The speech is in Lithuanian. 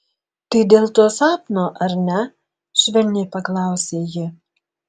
tai dėl to sapno ar ne švelniai paklausė ji